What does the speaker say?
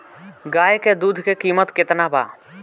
गाय के दूध के कीमत केतना बा?